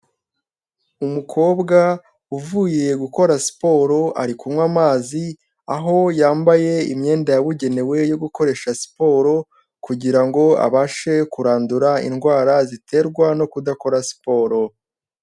Umukobwa uvuye gukora siporo ari kunywa amazi, aho yambaye imyenda yabugenewe yo gukoresha siporo kugirango abashe kurandura indwara ziterwa no kudakora siporo.